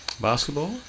Basketball